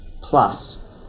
plus